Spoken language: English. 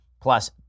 plus